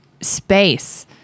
space